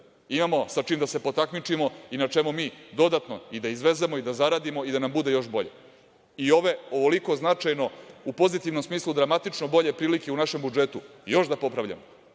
imamo sa čim da se potakmičimo i na čemu mi dodatno i da izvezemo i da zaradimo i da nam bude još bolje. Ove, ovoliko značajne u pozitivnom smislu dramatično bolje, prilike u našem budžetu još da popravljamo. Dakle,